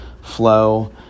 flow